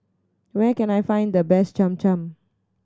where can I find the best Cham Cham